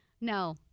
No